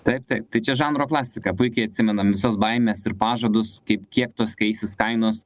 taip taip tai čia žanro klasika puikiai atsimenam visas baimes ir pažadus kaip kiek tos keisis kainos